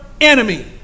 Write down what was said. enemy